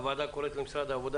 הוועדה קוראת למשרד העבודה,